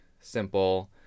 simple